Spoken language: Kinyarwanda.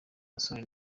basore